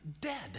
dead